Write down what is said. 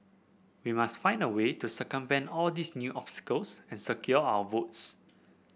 we must find a way to circumvent all these new obstacles and secure our votes